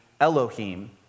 Elohim